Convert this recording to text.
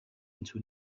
into